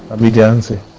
return to